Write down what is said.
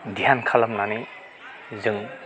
ध्यान खालामनानै जों